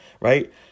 right